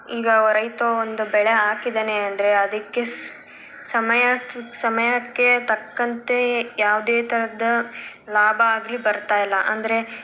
ಈಗ ರೈತ ಒಂದು ಬೆಳೆ ಹಾಕಿದ್ದಾನೆ ಅಂದರೆ ಅದಕ್ಕೆ ಸಮಯ ಸಮಯಕ್ಕೆ ತಕ್ಕಂತೆ ಯಾವುದೇ ಥರದ ಲಾಭ ಆಗಲಿ ಬರ್ತಾ ಇಲ್ಲ ಅಂದರೆ